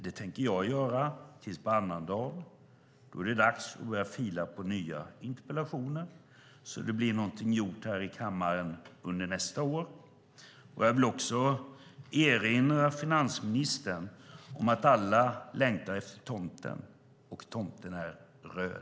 Det tänker jag göra, till annandagen då det är dags att börja fila på nya interpellationer så att det blir någonting gjort här i kammaren under nästa år. Jag vill också erinra finansministern om att alla längtar efter tomten - och tomten är röd.